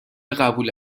قبول